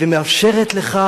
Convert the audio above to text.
ומאפשרת לך,